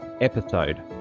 episode